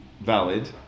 valid